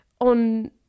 on